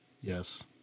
Yes